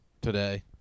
today